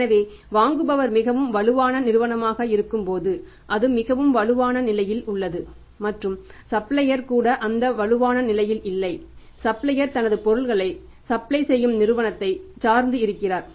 எனவே வாங்குபவர் மிகவும் வலுவான நிறுவனமாக இருக்கும்போது அது மிகவும் வலுவான நிலையில் உள்ளது மற்றும் சப்ளையர் கூட அந்த வலுவான நிலையில் இல்லை சப்ளையர் தனது பொருட்களைப் சப்ளை செய்யும் நிறுவனத்தை சார்ந்து இருக்கிறார்